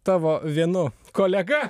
tavo vienu kolega